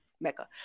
Mecca